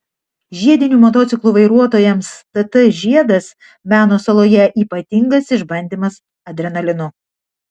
žiedinių motociklų vairuotojams tt žiedas meno saloje ypatingas išbandymas adrenalinu